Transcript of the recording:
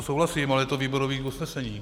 Souhlasím, ale je to výborové usnesení.